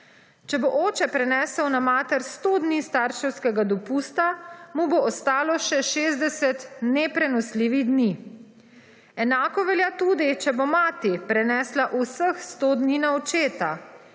Če bo oče prenesel na mater 100 dni starševskega dopusta mu bo ostalo še 60 neprenosljivih dni. Enako velja tudi, če bo mati prenesla vseh 100 dni na očeta.